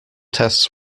tests